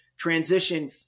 transition